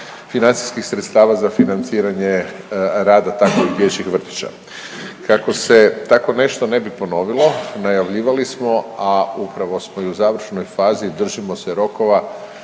financijskih sredstava za financiranje rada takvih dječjih vrtića. Kako se tako nešto ne bi ponovilo najavljivali smo, a upravo smo i u završnoj fazi i držimo se rokova